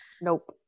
nope